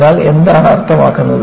അതിനാൽ എന്താണ് അർത്ഥമാക്കുന്നത്